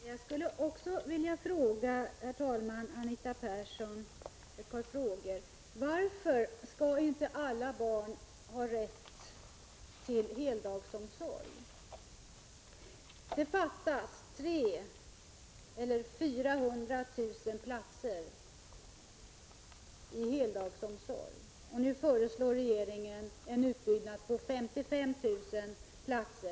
Herr talman! Jag skulle också vilja ställa ett par frågor till Anita Persson. Varför skall inte alla barn ha rätt till heldagsomsorg? Det fattas mellan 300 000 och 400 000 platser i heldagsomsorg, och nu föreslår regeringen en utbyggnad på 55 000 platser.